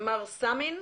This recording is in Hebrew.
מר סאמין,